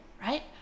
Right